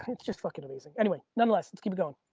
it's just fucking amazing. anyway, nonetheless, let's keep it going.